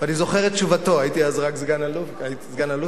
ואני זוכר את תשובתו, הייתי סגן-אלוף צעיר,